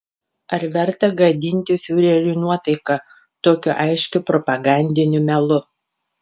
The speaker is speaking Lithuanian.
ar verta gadinti fiureriui nuotaiką tokiu aiškiu propagandiniu melu